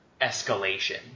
escalation